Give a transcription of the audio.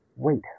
Wait